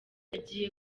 yagiye